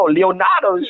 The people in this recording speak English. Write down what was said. Leonardo